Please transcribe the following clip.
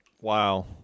wow